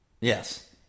Yes